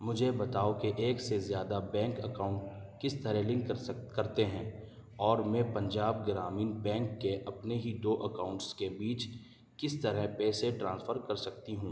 مجھے بتاؤ کہ ایک سے زیادہ بینک اکاؤنٹ کس طرح لنک کرتے ہیں اور میں پنجاب گرامین بینک کے اپنے ہی دو اکاؤنٹس کے بیچ کس طرح پیسے ٹرانسفر کر سکتی ہوں